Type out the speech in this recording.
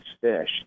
fish